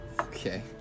Okay